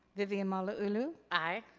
vivian malauulu. aye.